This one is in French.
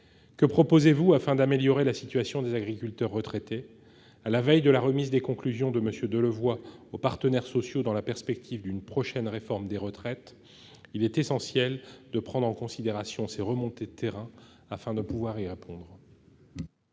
Que propose le Gouvernement afin d'améliorer la situation des agriculteurs retraités ? À la veille de la remise des conclusions de M. Delevoye aux partenaires sociaux, dans la perspective d'une prochaine réforme des retraites, il est essentiel de prendre en considération ces remontées de terrain, afin de pouvoir y répondre.